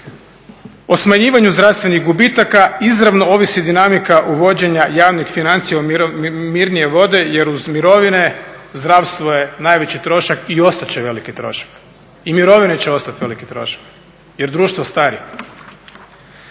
O smanjivanju zdravstvenih gubitaka izravno ovisi dinamika uvođenja javnih financija u mirnije vode jer uz mirovine zdravstvo je najveći trošak i ostati će veliki trošak. I mirovine će ostati veliki trošak jer društvo stari.